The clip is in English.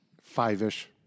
Five-ish